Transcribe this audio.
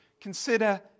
Consider